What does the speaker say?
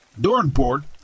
Dornport